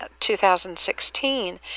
2016